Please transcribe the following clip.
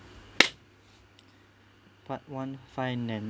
but one finance